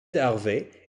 harvey